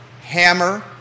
hammer